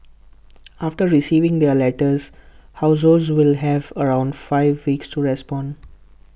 after receiving their letters households will have around five weeks to respond